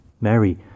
Mary